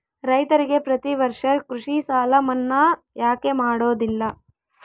ರೈತರಿಗೆ ಪ್ರತಿ ವರ್ಷ ಕೃಷಿ ಸಾಲ ಮನ್ನಾ ಯಾಕೆ ಮಾಡೋದಿಲ್ಲ?